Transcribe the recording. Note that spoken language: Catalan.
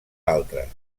altres